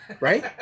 right